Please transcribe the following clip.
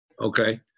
Okay